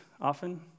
often